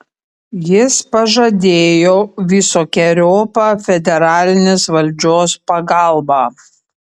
jis pažadėjo visokeriopą federalinės valdžios pagalbą